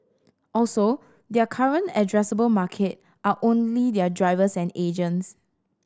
also their current addressable market are only their drivers and agents